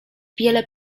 wiele